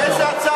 באמת.